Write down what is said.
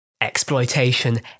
exploitation